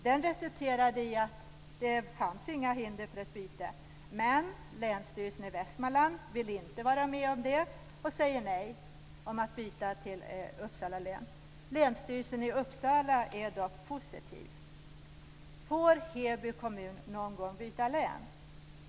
Den resulterade i att det inte fanns några hinder för ett byte, men länsstyrelsen i Västmanland ville inte vara med om det och säger nej till ett byte till Uppsala län. Länsstyrelsen i Uppsala är dock positiv. Får Heby kommun någon gång byta länstillhörighet?